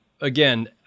again